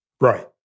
Right